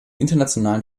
internationalen